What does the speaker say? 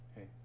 Hey